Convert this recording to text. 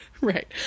right